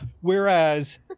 Whereas